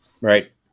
Right